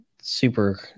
super